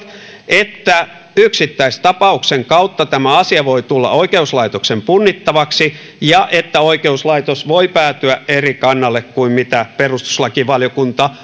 että yksittäistapauksen kautta tämä asia voi tulla oikeuslaitoksen punnittavaksi ja että oikeuslaitos voi päätyä eri kannalle kuin mihin perustuslakivaliokunta